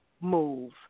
move